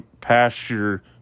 pasture